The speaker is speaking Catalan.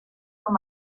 com